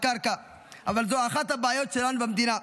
אבל זו אחת הבעיות שלנו במדינה,